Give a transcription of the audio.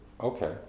okay